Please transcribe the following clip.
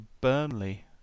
Burnley